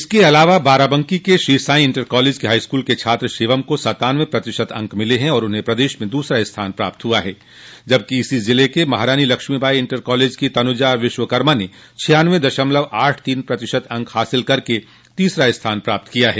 इसके अलावा बाराबंकी के श्रीसाई इंटर कॉलेज के हाईस्कूल के छात्र शिवम को सत्तानवे प्रतिशत अंक मिले हैं और उन्हें प्रदेश में दूसरा स्थान हासिल हुआ है जबकि इसी जिले के महारानी लक्ष्मीबाई इंटर कॉलेज की तनुजा विश्वकर्मा ने छियानवे दशमलव आठ तीन प्रतिशत अंक हासिल कर तीसरा स्थान अर्जित किया है